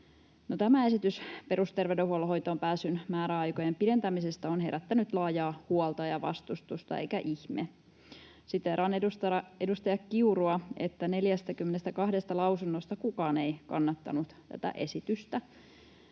Tämä esitys perusterveydenhuollon hoitoonpääsyn määräaikojen pidentämisestä on herättänyt laajaa huolta ja vastustusta, eikä ihme. Siteeraan edustaja Kiurua, että 42 lausunnonantajasta kukaan ei kannattanut tätä esitystä.